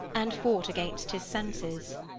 and fought against his senses.